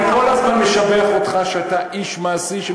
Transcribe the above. אני כל הזמן משבח אותך שאתה איש מעשי.